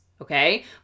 Okay